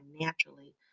Naturally